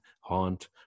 Haunt